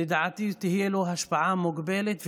לדעתי תהיה לו השפעה מוגבלת,